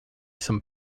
some